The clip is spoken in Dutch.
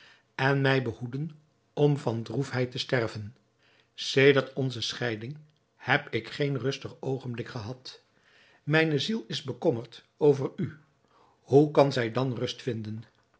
en mij behoeden om van droefheid te sterven sedert onze scheiding heb ik geen rustig oogenblik gehad mijne ziel is bekommerd over u hoe kan zij dan rust vinden